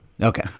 Okay